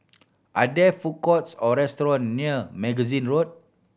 are there food courts or restaurant near Magazine Road